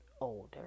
older